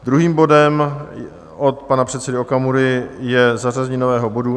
Druhým bodem od pana předsedy Okamury je zařazení nového bodu